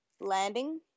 landing